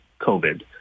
COVID